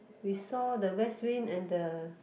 we saw the west wind and the